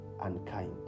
unkind